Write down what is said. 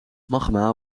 magma